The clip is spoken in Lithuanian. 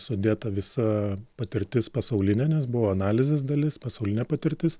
sudėta visa patirtis pasaulinė nes buvo analizės dalis pasaulinė patirtis